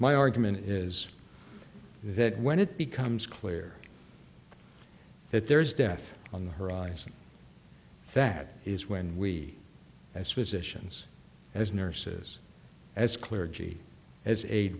my argument is that when it becomes clear that there is death on the horizon that is when we as physicians as nurses as clergy as aid